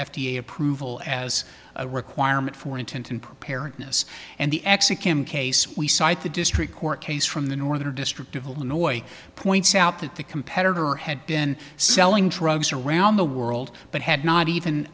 a approval as a requirement for intent and preparedness and the execution case we cite the district court case from the northern district of illinois points out that the competitor had been selling drugs around the world but had not even